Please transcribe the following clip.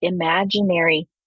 imaginary